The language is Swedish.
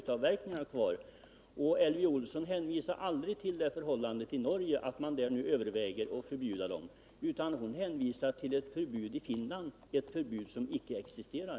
Till sist: Elvy Olsson hänvisade aldrig till det förhållandet att man i Norge överväger att förbjuda maskinerna utan hon hänvisade till förbud i Finland — ett förbud som icke existerar.